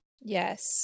Yes